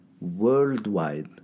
worldwide